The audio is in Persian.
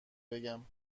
بگم